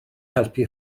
helpu